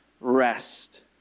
rest